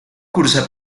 cursa